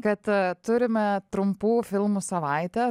kad turime trumpų filmų savaitę